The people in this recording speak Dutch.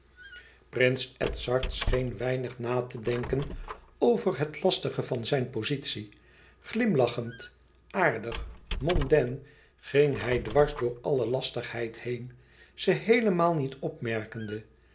prins edzard scheen weinig na te denken over het lastige van zijn pozitie glimlachend aardig mondain ging hij dwars door alle lastigheid heen ze heelemaal niet opmerkende